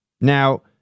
Now